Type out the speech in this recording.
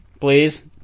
Please